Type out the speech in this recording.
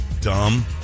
Dumb